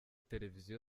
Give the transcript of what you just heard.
televiziyo